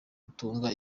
gutunga